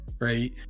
right